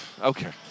Okay